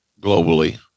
globally